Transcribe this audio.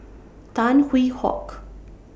Tan Hwee Hock